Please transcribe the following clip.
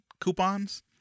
coupons